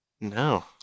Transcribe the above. No